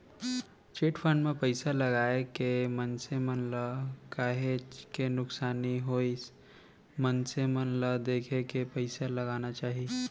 chit fund म पइसा लगाए ले मनसे मन ल काहेच के नुकसानी होइस मनसे मन ल देखे के पइसा लगाना चाही